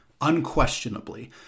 Unquestionably